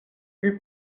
eut